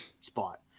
spot